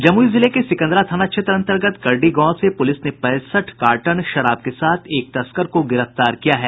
जमुई जिले के सिकंदरा थाना क्षेत्र अंतर्गत करडी गांव से पूलिस ने पैंसठ कार्टन शराब के साथ एक तस्कर को गिरफ्तार किया है